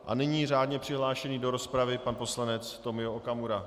A nyní řádně přihlášený do rozpravy pan poslanec Tomio Okamura.